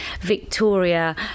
Victoria